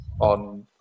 on